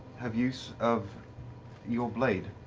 have use of your blade?